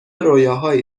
رویاهایی